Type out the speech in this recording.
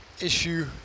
Issue